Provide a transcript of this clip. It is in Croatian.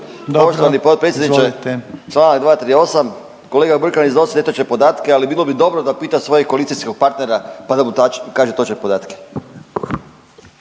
Deur, izvolite.